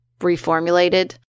reformulated